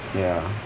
ya